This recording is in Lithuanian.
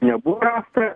nebuvo rasta